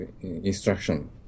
instruction